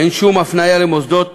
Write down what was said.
אין שום הפניה למוסדות